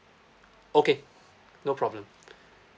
okay no problem